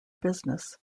business